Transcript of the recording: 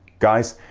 guys,